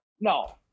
No